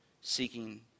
seeking